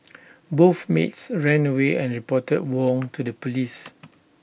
both maids ran away and reported Wong to the Police